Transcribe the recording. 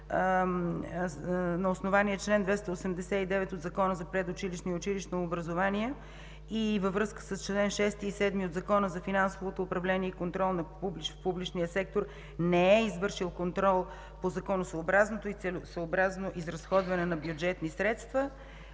на основание чл. 289 от Закона за предучилищното и училищното образование и във връзка с чл. 6 и 7 от Закона за финансовото управление и контрол на публичния сектор не е извършил контрол по законосъобразното и целесъобразно изразходване на бюджетни средства.